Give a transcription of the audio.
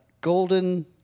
golden